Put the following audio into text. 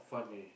fun eh